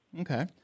Okay